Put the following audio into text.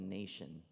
nation